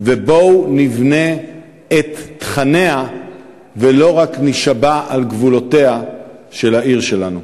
ובואו נבנה את תכניה ולא רק נישבע על גבולותיה של העיר שלנו.